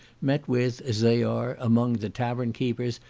met with, as they are, among the tavern-keepers,